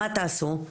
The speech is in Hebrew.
מה תעשו?